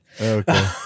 Okay